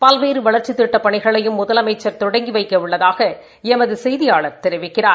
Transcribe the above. பல்வேறு வளர்ச்சித் திட்டப் பணிளையும் முதலமைச்ச் தொடங்கி வைக்க உள்ளதாக எமது செய்தியாளர் தெரிவிக்கிறார்